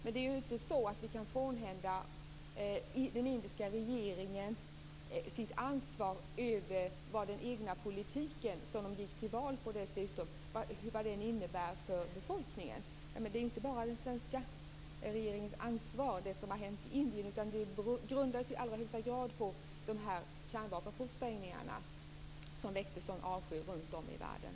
Men vi kan inte frånta den indiska regeringen sitt ansvar för den egna politiken, som den dessutom gick till val på, och vad den innebär för befolkningen. Det som har hänt i Indien är inte bara den svenska regeringens ansvar, utan det grundar sig i allra högsta grad på de kärnvapenprovsprängningar som väckte sådan avsky runt om i världen.